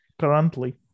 currently